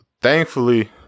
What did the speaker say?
thankfully